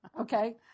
Okay